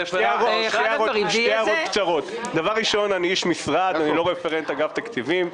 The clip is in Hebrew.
ראשית, אני איש משרד ואיני רפרנט של אגף התקציבים.